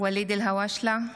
ואליד אלהואשלה,